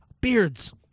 beards